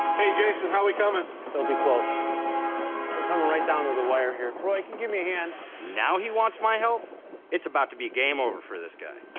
hey jason how are we coming it'll be close we're coming right down to the wire here roy can give me a hand now he wants my help it's about to be game over for this guy